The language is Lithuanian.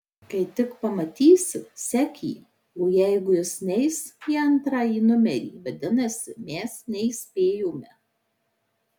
kai tik pamatysi sek jį o jeigu jis neis į antrąjį numerį vadinasi mes neįspėjome